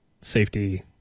safety